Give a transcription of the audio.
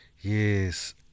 Yes